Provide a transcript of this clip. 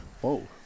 Whoa